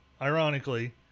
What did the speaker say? Ironically